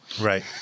Right